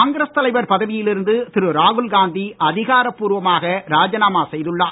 காங்கிரஸ் தலைவர் பதவியில் இருந்து திரு ராகுல்காந்தி அதிகாரப்பூர்வமாக ராஜினாமா செய்துள்ளார்